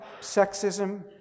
sexism